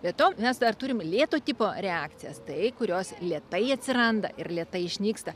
be to mes dar turim lėto tipo reakcijas tai kurios lėtai atsiranda ir lėtai išnyksta